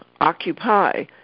occupy